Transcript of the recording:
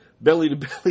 belly-to-belly